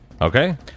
Okay